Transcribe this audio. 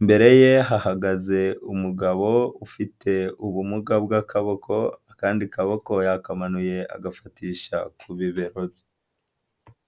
imbere ye hahagaze umugabo ufite ubumuga bw'akaboko akandi kaboko yakamanuye agafatisha ku bibero bye.